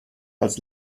als